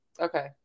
Okay